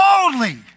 boldly